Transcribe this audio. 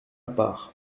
part